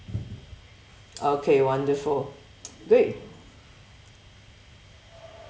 okay wonderful great